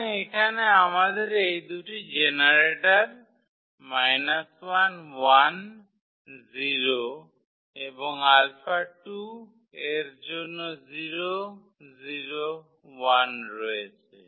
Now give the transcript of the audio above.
সুতরাং এখানে আমাদের এই দুটি জেনারেটর এবং α2 এর জন্য রয়েছে